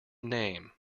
name